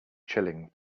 chilling